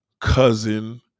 cousin